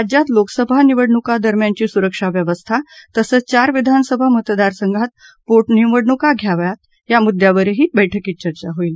राज्यात लोकसभा निवडणुकादरम्यानची सुरक्षाव्यवस्था तसंघ चार विधानसभा मतदार संघात पोटनिवडणुका घ्याव्यात या मुद्यावरही बैठकीत चर्चा होईल